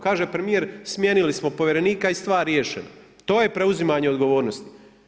Kaže premijer, smijenili smo povjerenika i stvar riješena, to je preuzimanje odgovornosti.